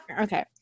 Okay